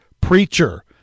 preacher